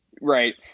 right